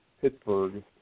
Pittsburgh